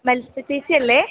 Manjusha ചേച്ചിയല്ലെ